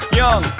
young